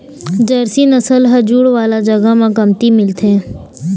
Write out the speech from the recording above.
Jersey नसल ह जूड़ वाला जघा म कमती मिलथे